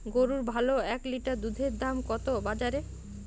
গরুর ভালো এক লিটার দুধের দাম কত বাজারে?